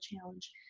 challenge